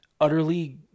utterly